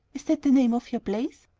is that the name of your place?